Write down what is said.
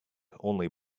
only